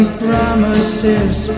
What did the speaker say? promises